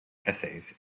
essays